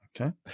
Okay